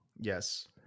yes